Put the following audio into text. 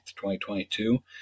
2022